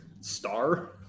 Star